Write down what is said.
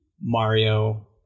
Mario